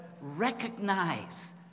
recognize